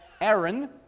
Aaron